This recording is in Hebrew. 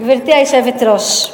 גברתי היושבת-ראש,